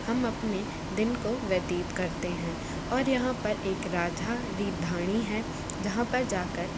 हम अपने दिन को व्यतीत करते हैं और यहाँ पर एक राधा रीधाणी है जहाँ पर जाकर